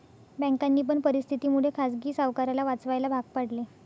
बँकांनी पण परिस्थिती मुळे खाजगी सावकाराला वाचवायला भाग पाडले